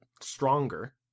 stronger